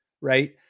Right